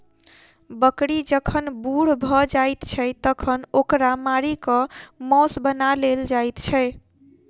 बकरी जखन बूढ़ भ जाइत छै तखन ओकरा मारि क मौस बना लेल जाइत छै